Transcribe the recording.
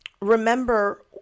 remember